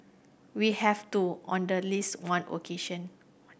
we have too on the least one occasion